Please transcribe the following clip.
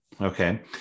okay